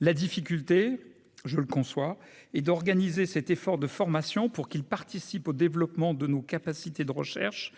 la difficulté, je le conçois et d'organiser cet effort de formation pour qu'ils participent au développement de nos capacités de recherche